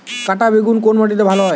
কাঁটা বেগুন কোন মাটিতে ভালো হয়?